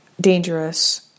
dangerous